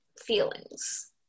feelings